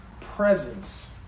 presence